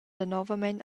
danovamein